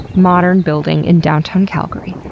modern building in downtown calgary.